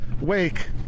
wake